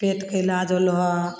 पेटके इलाज होलऽ